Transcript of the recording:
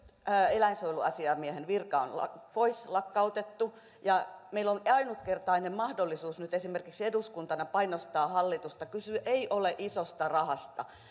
eläinsuojeluasiamiehen virka on lakkautettu meillä on nyt ainutkertainen mahdollisuus esimerkiksi eduskuntana painostaa hallitusta kyse ei ole isosta rahasta